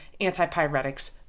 antipyretics